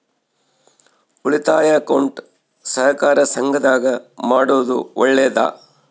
ಉಳಿತಾಯ ಅಕೌಂಟ್ ಸಹಕಾರ ಸಂಘದಾಗ ಮಾಡೋದು ಒಳ್ಳೇದಾ?